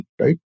right